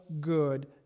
good